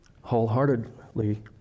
wholeheartedly